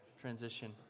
transition